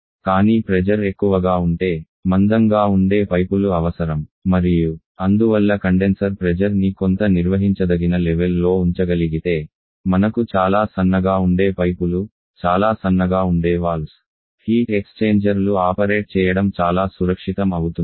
కానీ ప్రెజర్ ఎక్కువగా ఉంటే మందంగా ఉండే పైపులు అవసరం మరియు అందువల్ల కండెన్సర్ ప్రెజర్ ని కొంత నిర్వహించదగిన లెవెల్ లో ఉంచగలిగితే మనకు చాలా సన్నగా ఉండే పైపులు చాలా సన్నగా ఉండే వాల్వ్స్ హీట్ ఎక్స్చేంజర్ లు ఆపరేట్ చేయడం చాలా సురక్షితం అవుతుంది